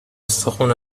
استخون